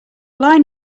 line